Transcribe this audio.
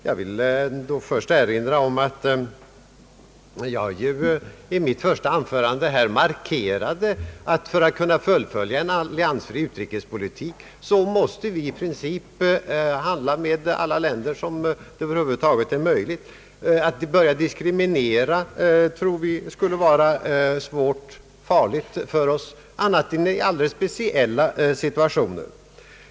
Jag vill då först erinra om att jag i mitt första anförande markerade att vi för att kunna fullfölja en alliansfri utrikespolitik måste handla med alla länder som det över huvud taget är möjligt att driva handel med. Att börja göra en diskriminering i detta avseende anser vi vara farligt annat än i alldeles speciella situationer.